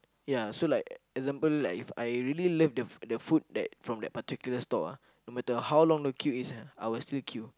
ya so like example like I really love the the food from that particular stall ah no matter how long the queue is ah I will still queue